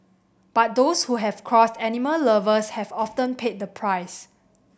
but those who have crossed animal lovers have often paid the price